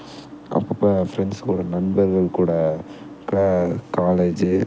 அப்பப்போ ஃரெண்ட்ஸ் கூட நண்பர்கள் கூட க காலேஜு